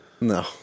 No